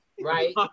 right